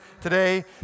today